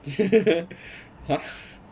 have